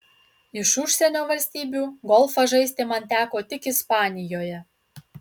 iš užsienio valstybių golfą žaisti man teko tik ispanijoje